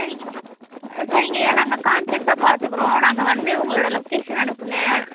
சரிங்கய்யா சரிங்கய்யா நாங்கள் காண்ட்ரக்டாக பார்த்துக்குறோம் நாங்கள் வந்து உங்களோட லொக்கேஷன் அனுப்புங்கள்